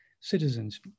citizens